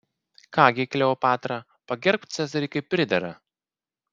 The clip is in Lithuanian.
ką gi kleopatra pagerbk cezarį kaip pridera